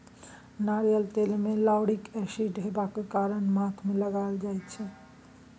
नारियल तेल मे लाउरिक एसिड हेबाक कारणेँ माथ मे लगाएल जाइ छै